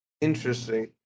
interesting